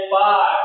five